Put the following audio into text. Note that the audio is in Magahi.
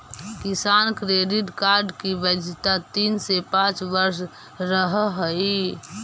किसान क्रेडिट कार्ड की वैधता तीन से पांच वर्ष रहअ हई